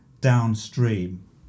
downstream